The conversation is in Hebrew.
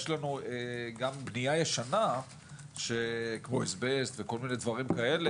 יש לנו גם בנייה ישנה כמו אסבסט וכל מיני דברים כאלה,